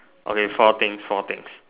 okay four things four things